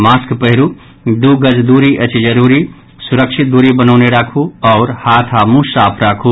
mask पहिरू दू गज दूरी अछि जरूरी सुरक्षित दूरी बनौने राखू हाथ आओर मुंह साफ राखू